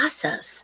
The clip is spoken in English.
process